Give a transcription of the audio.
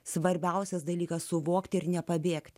svarbiausias dalykas suvokti ir nepabėgti